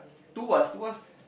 tuas tuas